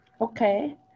okay